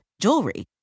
jewelry